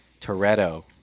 Toretto